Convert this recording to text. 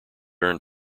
earned